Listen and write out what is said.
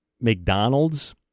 McDonald's